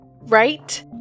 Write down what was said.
right